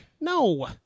No